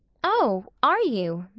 oh, are you?